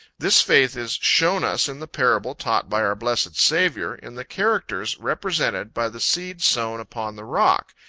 this faith is shown us in the parable taught by our blessed saviour, in the characters represented by the seed sown upon the rock,